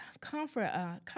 comfort